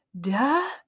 Duh